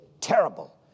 terrible